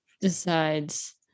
decides